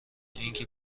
اینکه